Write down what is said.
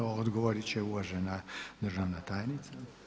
Evo odgovorit će uvažena državna tajnica.